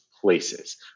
places